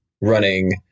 running